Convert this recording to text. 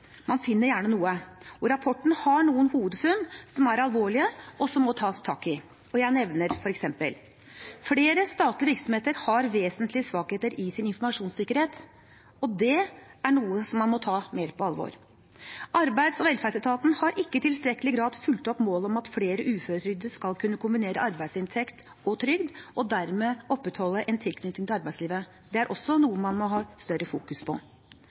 Man finner gjerne noe, og rapporten har noen hovedfunn som er alvorlige, og som må tas tak i. Jeg nevner f.eks.: Flere statlige virksomheter har vesentlige svakheter i sin informasjonssikkerhet, og det er noe man må ta mer på alvor. Arbeids- og velferdsetaten har ikke i tilstrekkelig grad fulgt opp målet om at flere uføretrygdede skal kunne kombinere arbeidsinntekt og trygd og dermed opprettholde en tilknytning til arbeidslivet. Det er også noe man i større grad må fokusere på.